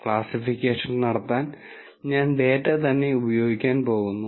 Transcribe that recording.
classification നടത്താൻ ഞാൻ data തന്നെ ഉപയോഗിക്കാൻ പോകുന്നു